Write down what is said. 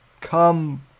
come